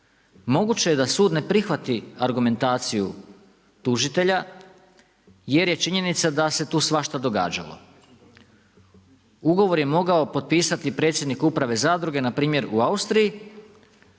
Moguće je da sud ne prihvati argumentaciju tužitelja, jer je činjenica da se tu svašta događalo. Ugovor je mogao potpisati predsjednik uprave zadruge, npr. u Austriji,